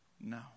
No